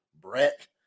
Brett